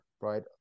right